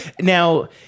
Now